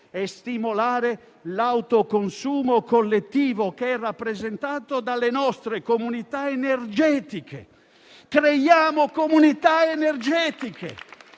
e stimolare l'autoconsumo collettivo, che è rappresentato dalle nostre comunità energetiche. Creiamo comunità energetiche.